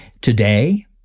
Today